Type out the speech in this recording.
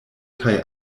kaj